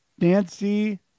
Nancy